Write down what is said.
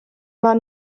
war